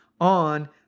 on